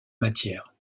matière